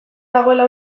dagoela